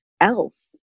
else